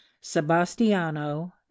sebastiano